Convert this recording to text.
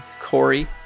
Corey